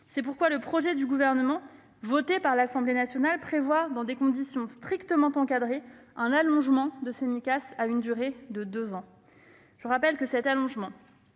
C'est pourquoi le projet du Gouvernement, voté par l'Assemblée nationale, prévoit, dans des conditions strictement encadrées, un allongement de ces Micas à une durée de deux ans. Je rappelle que cet allongement